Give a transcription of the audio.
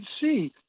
see